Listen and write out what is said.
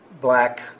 black